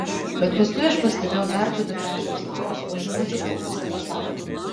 bet paskui aš pastebėjau dar du vitražinius langus užimančius po pusę fasado